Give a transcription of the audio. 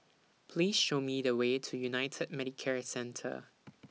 Please Show Me The Way to United Medicare Centre